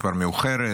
כבר מאוחרת.